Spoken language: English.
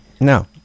No